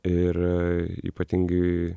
ir ypatingai